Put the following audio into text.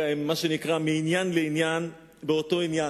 הם מה שנקרא מעניין לעניין באותו עניין.